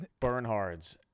Bernhards